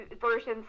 versions